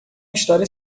história